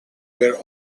were